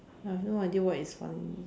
I also no idea what is funny